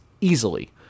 easily